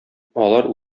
алар